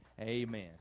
Amen